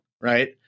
right